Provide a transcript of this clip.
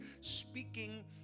speaking